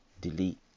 Delete